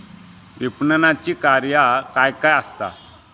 विपणनाची कार्या काय काय आसत?